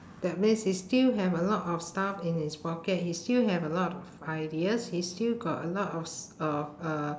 that means he still have a lot of stuff in his pocket he still have a lot of ideas he still got a lot of s~ of uh